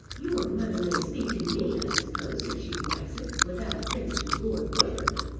your mother may speak to me i suppose if she likes it, without offence to lord rufford.